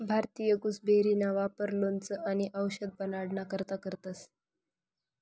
भारतीय गुसबेरीना वापर लोणचं आणि आवषद बनाडाना करता करतंस